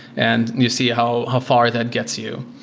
and you see how how far that gets you.